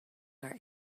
our